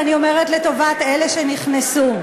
ואני אומרת לטובת אלה שנכנסו: